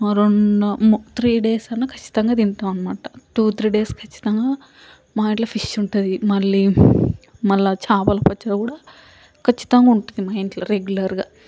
రెం మూ three days అన్నా ఖచ్చితంగా తింటాం అనమాట టూ థ్రీ డేస్ ఖచ్చితంగా మా ఇంట్లో ఫిష్ ఉంటుంది మళ్ళీ మళ్ళీ చేపలు పచ్చిగా కూడా ఖచ్చితంగా ఉంటుంది మా ఇంట్లో రెగ్యులర్గా